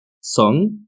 song